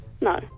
no